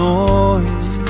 noise